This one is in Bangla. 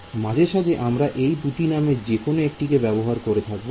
মাঝেসাজে আমরা এই দুটি নামের যেকোনো একটি ব্যবহার করে থাকবো